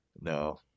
No